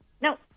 No